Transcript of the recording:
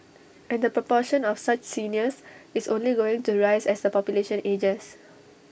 and the proportion of such seniors is only going to rise as the population ages